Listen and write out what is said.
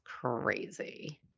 crazy